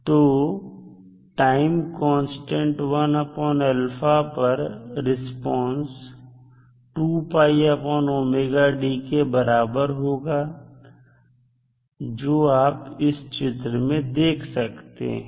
तो time constant 1α पर response के बराबर होगा जो आप इस चित्र में देख सकते हैं